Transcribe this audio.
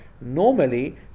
normally